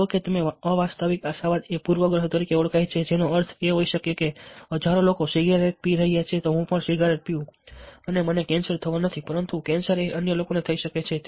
જુઓ કે તમે અવાસ્તવિક આશાવાદ એ પૂર્વગ્રહ તરીકે ઓળખાય છે જેનો અર્થ એ હોઈ શકે છે કે હજારો લોકો સિગારેટ પી રહ્યા છે તો હું પણ સિગારેટ પીઉં છું અને મને કેન્સર થવાનું નથી પરંતુ કેન્સર અન્ય લોકોને થઈ શકે છે